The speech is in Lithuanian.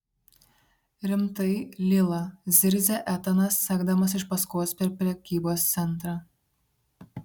rimtai lila zirzia etanas sekdamas iš paskos per prekybos centrą